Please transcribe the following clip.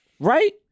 Right